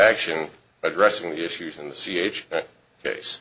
action addressing the issues in the c